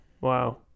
wow